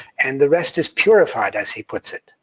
and the rest is purified, as he puts it.